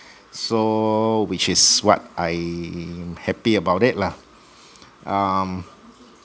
so which is what I'm happy about it lah um